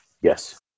Yes